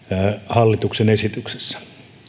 hallituksen esityksessä on ollut